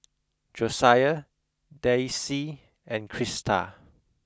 Josiah Daisye and Crista